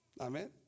amen